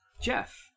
Jeff